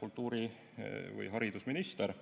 kultuuri‑ või haridusminister